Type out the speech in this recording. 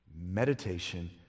meditation